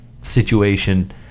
situation